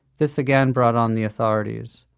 this again brought on the authorities,